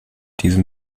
diesem